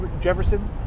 Jefferson